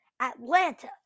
atlanta